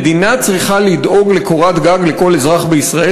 המדינה צריכה לדאוג לקורת גג לכל אזרח בישראל,